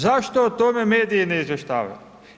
Zašto o tome mediji ne izvještavaju.